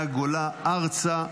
מהגולה ארצה,